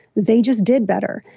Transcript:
they just did better.